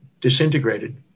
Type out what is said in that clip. disintegrated